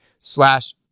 slash